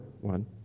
one